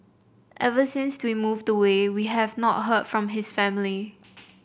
ever since to we moved away we have not heard from his family